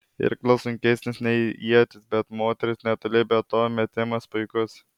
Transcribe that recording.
irklas sunkesnis nei ietis bet moteris netoli be to metimas puikus